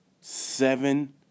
Seven